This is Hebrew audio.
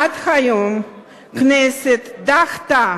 עד היום הכנסת דחתה